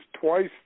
twice